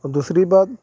اور دوسری بات